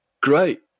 great